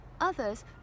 others